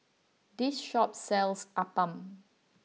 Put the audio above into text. this shop sells Appam